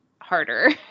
harder